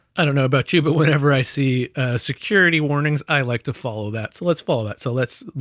i don't know about you, but whenever i see a security warnings, i like to follow that. so let's follow that. so let's,